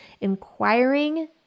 inquiring